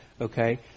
Okay